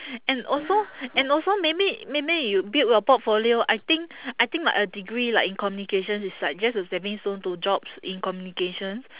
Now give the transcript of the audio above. and also and also maybe maybe you build your portfolio I think I think like a degree like in communications is like just a stepping stone to jobs in communications